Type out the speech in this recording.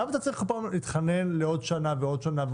למה צריך כל פעם להתחנן לעוד שנה ועוד שנה?